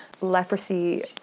leprosy